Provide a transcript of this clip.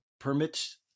permits